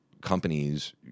companies